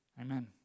amen